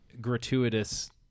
gratuitous